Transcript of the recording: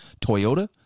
Toyota